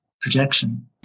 projection